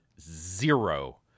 zero